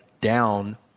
down